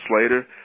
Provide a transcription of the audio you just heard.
Slater